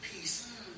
peace